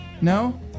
no